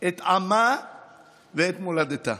את עמה ואת מולדתה,